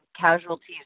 casualties